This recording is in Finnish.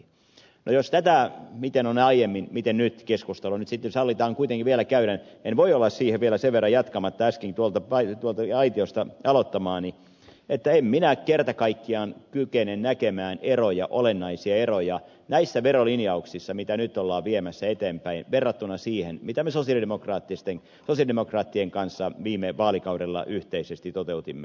no jos tätä miten on aiemmin miten nyt keskustelua nyt sitten sallitaan kuitenkin vielä käydä en voi olla siihen vielä sen verran jatkamatta äsken tuolta aitiosta aloittamaani että en minä kerta kaikkiaan kykene näkemään olennaisia eroja näissä verolinjauksissa mitä nyt ollaan viemässä eteenpäin verrattuna siihen mitä me sosialidemokraattien kanssa viime vaalikaudella yhteisesti toteutimme